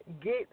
get